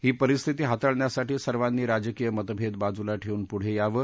ही परिस्थिती हाताळण्यासाठी सर्वानी राजकीय मतभेद बाजूला ठेवून पुढं यावं